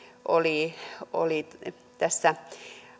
oli oli tässä